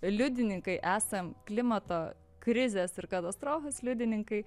liudininkai esam klimato krizės ir katastrofos liudininkai